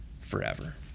forever